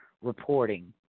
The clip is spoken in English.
reporting